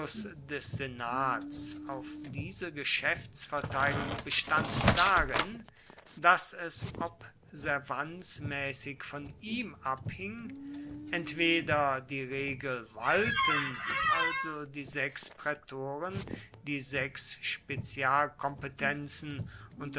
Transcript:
des senats auf diese geschäftsverteilung bestand darin daß es observanzmäßig von ihm abhing entweder die regel walten also die sechs prätoren die sechs